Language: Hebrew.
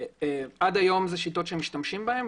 עד היום אלה שיטות שמשתמשים בהם,